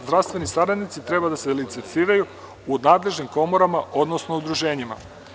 Zdravstveni saradnici treba da se licenciraju u nadležnim komorama, odnosno udruženjima.